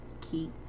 key